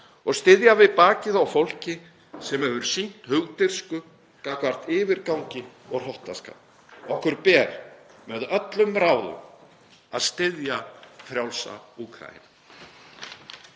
og styðja við bakið á fólki sem hefur sýnt hugdirfsku gagnvart yfirgangi og hrottaskap. Okkur ber með öllum ráðum að styðja frjálsa Úkraínu.